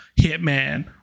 Hitman